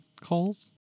calls